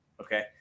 Okay